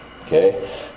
Okay